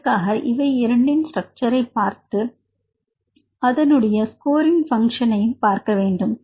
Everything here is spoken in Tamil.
இதற்காக இவை இரண்டின் ஸ்ட்ரக்சர்களைப் பார்த்து அதனுடைய ஸ்கோரிங் பங்க்ஷன்யும் பார்க்க வேண்டும்